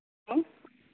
hello